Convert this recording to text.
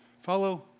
Follow